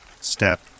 Step